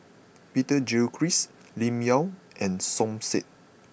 Peter Gilchrist Lim Yau and Som Said